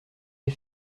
les